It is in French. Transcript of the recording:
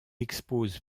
expose